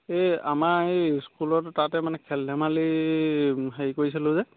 এই আমাৰ এই স্কুলত তাতে মানে খেল ধেমালি হেৰি কৰিছিলোঁ যে